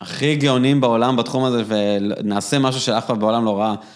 הכי גאונים בעולם בתחום הזה, ונעשה משהו שאף אחד בעולם לא ראה.